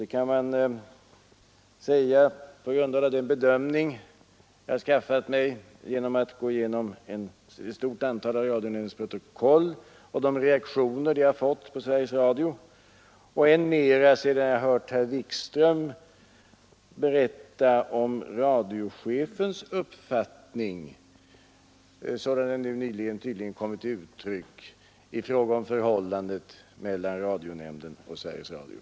Detta kan jag säga på grundval av den bedömning jag kunnat göra genom att gå igenom ett stort antal av radionämndens protokoll och de reaktioner dessa medfört på Sveriges Radio och än mera sedan jag hört herr Wikström berätta om radiochefens uppfattning sådan denna nyligen kommit till uttryck i fråga om förhållandet mellan radionämnden och Sveriges Radio.